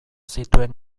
zituen